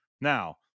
Now